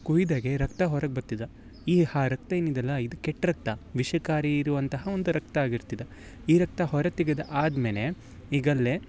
ಕೊಯ್ದಾಗೆ ರಕ್ತ ಹೊರಗೆ ಬತ್ತು ಇದು ಈ ರಕ್ತ ಏನಿದ್ಯಲ್ಲ ಇದು ಕೆಟ್ಟ ರಕ್ತ ವಿಷಕಾರಿ ಇರುವಂತಹ ಒಂದು ರಕ್ತ ಆಗಿರ್ತದೆ ಈ ರಕ್ತ ಹೊರ ತೆಗೆದು ಆದ್ಮೇಲೆ ಈಗ ಅಲ್ಲೇ